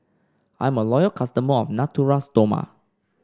I'm a loyal customer of Natura Stoma